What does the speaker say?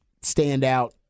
standout